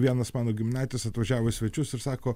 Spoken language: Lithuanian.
vienas mano giminaitis atvažiavo į svečius ir sako